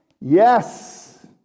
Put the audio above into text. Yes